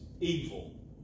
evil